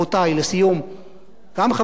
גם חברי הכנסת וגם עיתונאים,